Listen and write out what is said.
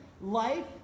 Life